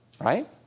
Right